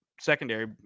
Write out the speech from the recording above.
secondary